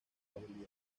rebelión